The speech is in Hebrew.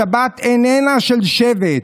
השבת איננה של שבט,